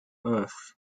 earth